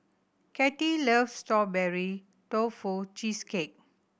Kattie loves Strawberry Tofu Cheesecake